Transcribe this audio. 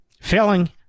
Failing